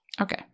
Okay